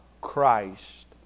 Christ